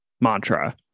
mantra